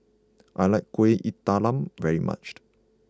I like Kuih Talam very much